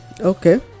Okay